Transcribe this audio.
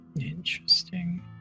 Interesting